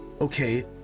okay